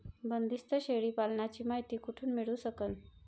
बंदीस्त शेळी पालनाची मायती कुठून मिळू सकन?